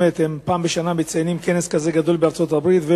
פעם בשנה הם עושים כנס גדול כזה בארצות-הברית,